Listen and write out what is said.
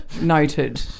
Noted